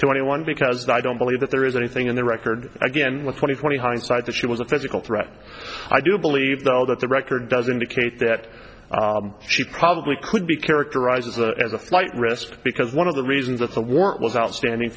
anyone because i don't believe that there is anything in the record again with twenty twenty hindsight that she was a physical threat i do believe though that the record does indicate that she probably could be characterized as a as a flight risk because one of the reasons that the warrant was outstanding